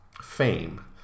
fame